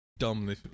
dumb